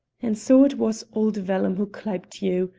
and so it was old vellum who clyped to you,